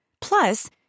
Plus